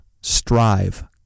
Strive